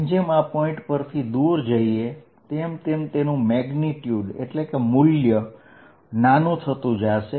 જેમ જેમ આ પોઈન્ટ પરથી દૂર જઈએ તેમ તેમ તેનું મૂલ્ય નાનું થતું જશે